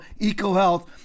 EcoHealth